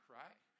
right